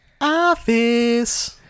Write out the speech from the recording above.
office